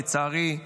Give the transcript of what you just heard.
לצערי,